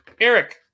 Eric